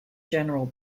general